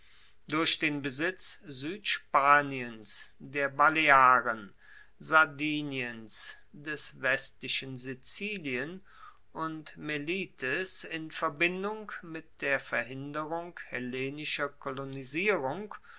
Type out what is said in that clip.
durch den besitz suedspaniens der balearen sardiniens des westlichen sizilien und melites in verbindung mit der verhinderung hellenischer kolonisierung